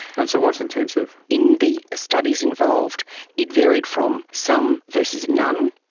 and so what is intensive? in the studies involved it varied from some verses none,